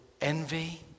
envy